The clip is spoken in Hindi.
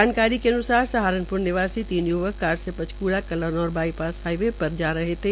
जानकारी के अन्सार सहारनप्र निवासी तीन य्वक कार से पंचक्ला कलानौर बाईपास हाईवे पर जा रहे थे